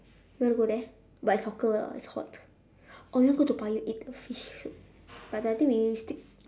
want to go there but it's hawker lah it's hot or you want go toa payoh eat fish soup but I think we stick